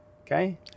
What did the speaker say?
Okay